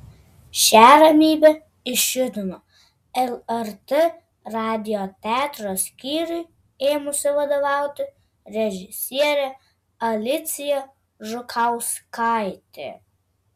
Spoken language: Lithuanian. šią ramybę išjudino lrt radijo teatro skyriui ėmusi vadovauti režisierė alicija žukauskaitė